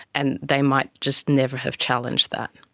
and they might just never have challenged that.